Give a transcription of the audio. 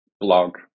blog